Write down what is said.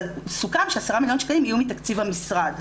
אבל סוכם שה-10 מיליון שקלים יהיה מתקציב המשרד.